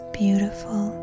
beautiful